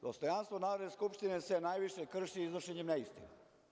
Dostojanstvo Narodne skupštine se najviše krši iznošenjem neistina.